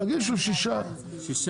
תגישו שישה,